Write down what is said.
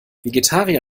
vegetarier